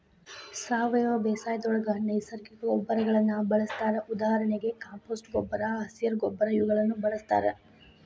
ಸಾವಯವ ಬೇಸಾಯದೊಳಗ ನೈಸರ್ಗಿಕ ಗೊಬ್ಬರಗಳನ್ನ ಬಳಸ್ತಾರ ಉದಾಹರಣೆಗೆ ಕಾಂಪೋಸ್ಟ್ ಗೊಬ್ಬರ, ಹಸಿರ ಗೊಬ್ಬರ ಇವುಗಳನ್ನ ಬಳಸ್ತಾರ